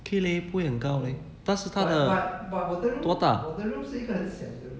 okay leh 不会很高 leh 但是他的多大